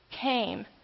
came